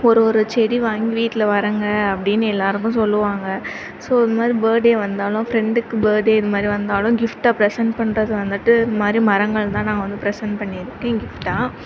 ஒரு ஒரு செடி வாங்கி வீட்டில் வளருங்க அப்படின்னு எல்லோருக்கும் சொல்வாங்க ஸோ இந்தமாதிரி பர்த்டே வந்தாலும் ஃபிரண்டுக்கு பர்த்டே இந்தமாதிரி வந்தாலும் கிஃட்டாக பிரசன்ட் பண்ணுறது வந்துவிட்டு இதுமாதிரி மரங்கள் தான் நாங்கள் வந்து பிரசன்ட் பண்ணிருக்கேன் கிஃட்டாக